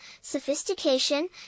sophistication